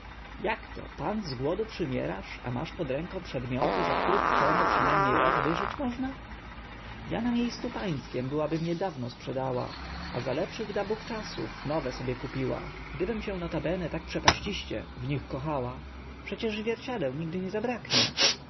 to pan z głodu przymierasz a masz pod ręką przedmioty za których cenę przyna mnie rok wyżyć można ja na mie scu pańskim byłabym e dawno sprzedała a za lepszych da bóg czasów nowe sobie kupiła gdybym się notabene tak przepaściście w nich kochała przecież zwierciadeł nigdy nie zabraknie